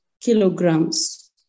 kilograms